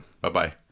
bye-bye